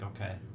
okay